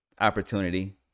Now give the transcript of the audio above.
opportunity